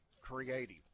creative